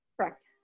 correct